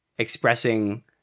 expressing